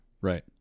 Right